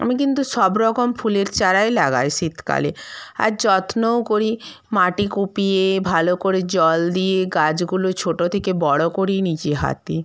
আমি কিন্তু সব রকম ফুলের চারাই লাগাই শীতকালে আর যত্নও করি মাটি কুপিয়ে ভালো করে জল দিয়ে গাছগুলো ছোটো থেকে বড়ো করি নিজে হাতে